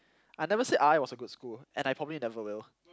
I never said R_I was a good school and I probably never will